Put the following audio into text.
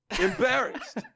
Embarrassed